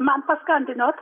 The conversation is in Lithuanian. man paskambinot